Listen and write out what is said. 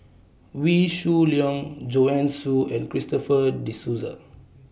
Wee Shoo Leong Joanne Soo and Christopher De Souza